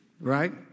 right